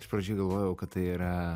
iš pradžių galvojau kad tai yra